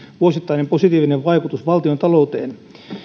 vuosittainen positiivinen vaikutus valtiontalouteen